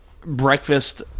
breakfast